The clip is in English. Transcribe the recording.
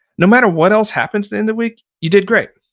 no matter what else happens and in the week, you did great.